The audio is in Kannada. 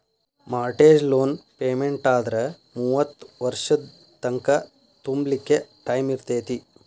ಮಾರ್ಟೇಜ್ ಲೋನ್ ಪೆಮೆನ್ಟಾದ್ರ ಮೂವತ್ತ್ ವರ್ಷದ್ ತಂಕಾ ತುಂಬ್ಲಿಕ್ಕೆ ಟೈಮಿರ್ತೇತಿ